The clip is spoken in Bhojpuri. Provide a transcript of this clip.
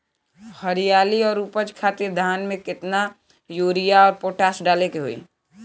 हरियाली और उपज खातिर धान में केतना यूरिया और पोटाश डाले के होई?